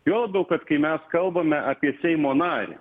juo labiau kad kai mes kalbame apie seimo narį